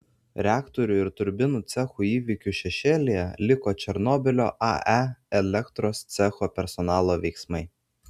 reaktorių ir turbinų cechų įvykių šešėlyje liko černobylio ae elektros cecho personalo veiksmai